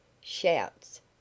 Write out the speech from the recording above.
shouts